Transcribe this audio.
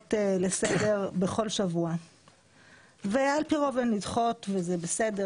דחופות לסדר בכל שבוע ועל פי רוב הן נדחות וזה בסדר